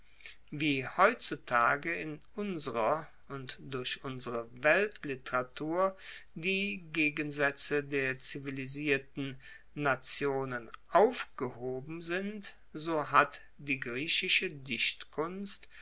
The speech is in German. wie heutzutage in unserer und durch unsere weltliteratur die gegensaetze der zivilisierten nationen aufgehoben sind so hat die griechische dichtkunst